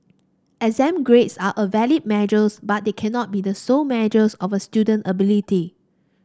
exam grades are a valid measure but they cannot be the sole measures of a student ability